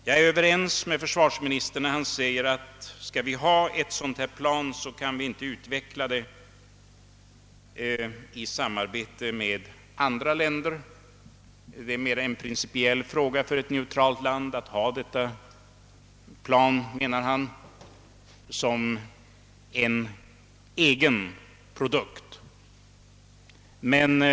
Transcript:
Jag är överens med försvarsministern när han säger, att om vi skall ha ett sådant här plan, så kan vi inte framställa det i samarbete med andra länder. Det är mer en principiell fråga för oss som neutralt land att ha detta plan som en egen produkt, menade han.